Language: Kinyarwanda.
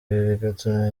bigatuma